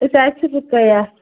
أسۍ حظ چھِ رُقیہ